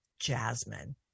jasmine